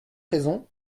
raison